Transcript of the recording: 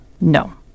No